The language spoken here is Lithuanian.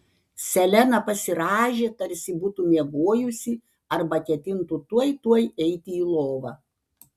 selena pasirąžė tarsi būtų miegojusi arba ketintų tuoj tuoj eiti į lovą